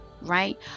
right